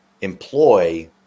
employ